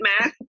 math